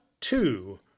two